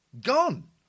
gone